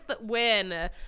win